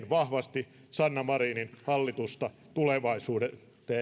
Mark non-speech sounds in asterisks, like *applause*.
*unintelligible* vahvasti sanna marinin hallitusta tulevaisuuteen